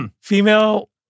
Female